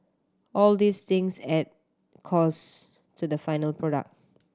all these things add costs to the final product